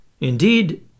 Indeed